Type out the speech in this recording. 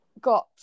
got